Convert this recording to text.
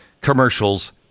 commercials